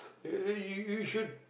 uh you you should